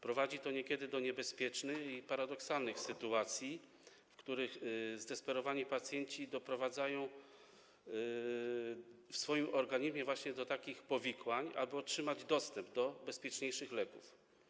Prowadzi to niekiedy do niebezpiecznych i paradoksalnych sytuacji, w których zdesperowani pacjenci doprowadzają w swoim organizmie właśnie do takich powikłań, aby uzyskać dostęp do bezpieczniejszych leków.